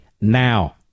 now